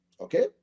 Okay